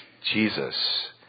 Jesus